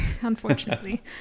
unfortunately